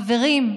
חברים,